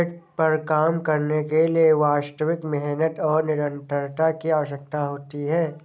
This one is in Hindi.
खेत पर काम करने के लिए वास्तविक मेहनत और निरंतरता की आवश्यकता होती है